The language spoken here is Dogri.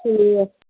ठीक ऐ